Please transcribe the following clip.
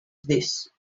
this